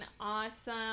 awesome